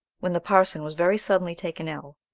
when the parson was very suddenly taken ill.